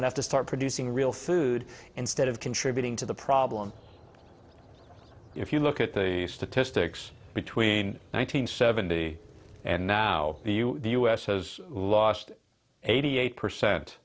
would have to start producing real food instead of contributing to the problem if you look at the statistics between one nine hundred seventy and now you the us has lost eighty eight percent